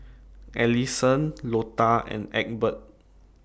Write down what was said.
Allisson Lota and Egbert